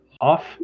off